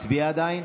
הצביע עדיין?